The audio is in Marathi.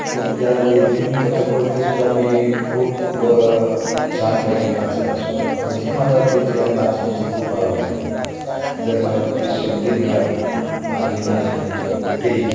तर त्या लेझिम पथकवरती सुद्धा मी खूप छानपैकी नाचत असू आजही मला त्याची नाचण्याची खूप आवड आहे जर मला ती संधी मिळाली आजही नाचण्याची कुठेही